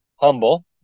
Humble